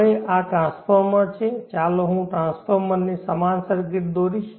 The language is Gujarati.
હવે આ ટ્રાન્સફોર્મર છે ચાલો હું ટ્રાન્સફોર્મરની સમાન સર્કિટ દોરીશ